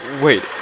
Wait